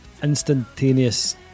Instantaneous